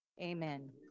amen